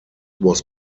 was